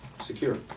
secure